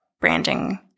branding